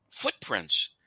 footprints